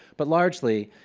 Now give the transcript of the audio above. but largely,